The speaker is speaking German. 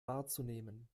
wahrzunehmen